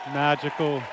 magical